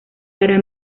para